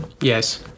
Yes